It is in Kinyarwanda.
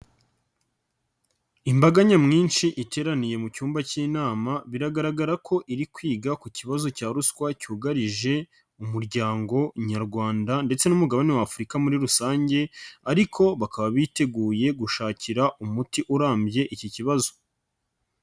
Imbaga nyamwinshi iteraniye mu cyumba cy'inama, biragaragara ko iri kwiga ku kibazo cya ruswa cyugarije umuryango nyarwanda ndetse n'umugabane w'Afurika muri rusange ariko bakaba biteguye gushakira umuti urambye iki kibazo.